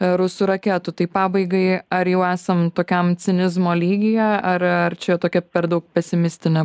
rusų raketų tai pabaigai ar jau esam tokiam cinizmo lygyje ar ar čia tokia per daug pesimistinė